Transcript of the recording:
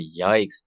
yikes